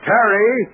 Terry